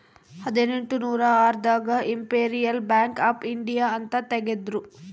ಹದಿನೆಂಟನೂರ ಆರ್ ದಾಗ ಇಂಪೆರಿಯಲ್ ಬ್ಯಾಂಕ್ ಆಫ್ ಇಂಡಿಯಾ ಅಂತ ತೇಗದ್ರೂ